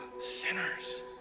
sinners